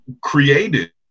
created